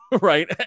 right